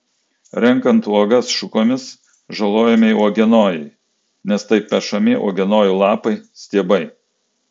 renkant uogas šukomis žalojami uogienojai nes taip pešami uogienojų lapai stiebai